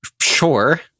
Sure